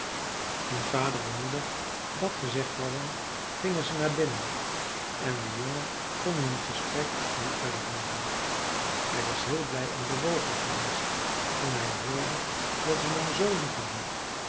toen vader en moeder dat gezegd hadden gingen ze naar binnen en de jongen kon hun gesprek niet verder hooren hij was heel blij en bewogen geweest toen hij hoorde dat ze hem z